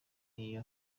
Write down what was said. n’iyo